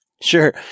Sure